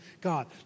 God